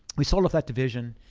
we sold off that division,